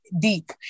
deep